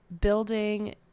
building